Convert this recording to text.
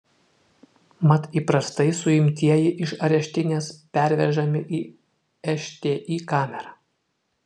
mat įprastai suimtieji iš areštinės pervežami į šti kamerą